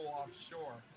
offshore